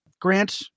Grant